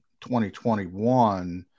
2021